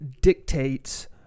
dictates